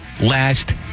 last